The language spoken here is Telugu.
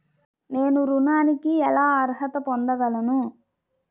నేను ఋణానికి ఎలా అర్హత పొందగలను?